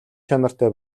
чанартай